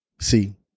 See